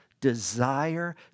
desire